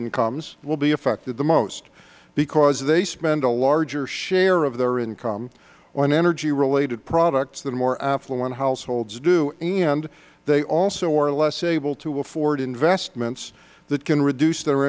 incomes will be affected the most because they spend a larger share of their income on energy related products than more affluent households do and they also are less able to afford investments that can reduce their